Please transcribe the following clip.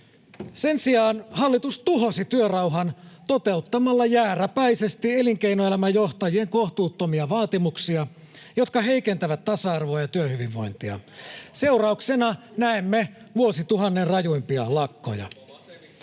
Sen sijaan hallitus tuhosi työrauhan toteuttamalla jääräpäisesti elinkeinoelämän johtajien kohtuuttomia vaatimuksia, jotka heikentävät tasa-arvoa ja työhyvinvointia. [Miko Bergbom: Ei me lakkoilla!] Seurauksena näemme vuosituhannen rajuimpia lakkoja.